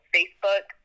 Facebook